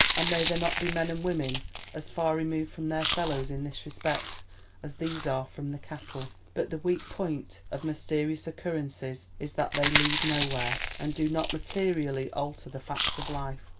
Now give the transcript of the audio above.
and may there not be men and women as far removed from their fellows in this respect as these are from the cattle? but the weak point of mysterious occurrences is that they lead nowhere, and do not materially alter the facts of life.